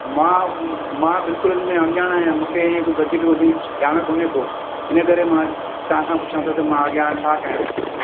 मां मां बिल्कुलु अॻि में अनॼाणु आहियां हीअं कुझु वधीक वधीक ॼाण कोन्हे को हिन करे मां तव्हां खां पुछा पियो त मां अॻियां छा कयां हिते